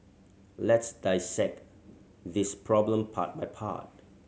le's dissect this problem part by part